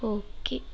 okay